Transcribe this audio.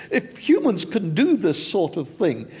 if humans can do this sort of thing,